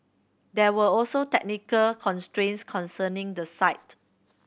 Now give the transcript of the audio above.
there were also technical constraints concerning the site